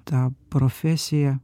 tą profesiją